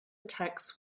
attacks